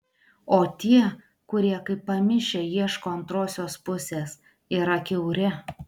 o tie kurie kaip pamišę ieško antrosios pusės yra kiauri